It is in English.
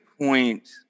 point